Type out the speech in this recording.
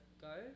go